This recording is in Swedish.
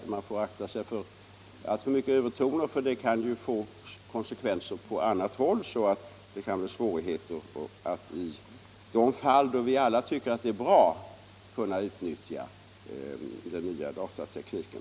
Man får akta sig för alltför mycket övertoner, för sådant — miska förhållankan få konsekvenser på annat håll så att det kan bli svårt att i de fall den där vi alla tycker att det är bra utnyttja den nya datatekniken.